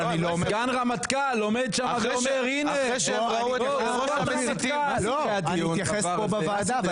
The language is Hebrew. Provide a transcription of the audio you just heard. סגן רמטכ"ל עומד שם ואומר --- אני מתייחס כאן בוועדה.